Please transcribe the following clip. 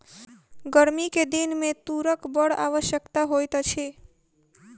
गर्मी के दिन में तूरक बड़ आवश्यकता होइत अछि